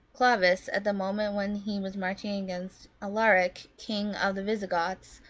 clovis, at the moment when he was marching against alaric, king of the visigoths,